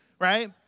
right